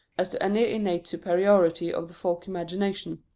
as to any innate superiority of the folk-imagination.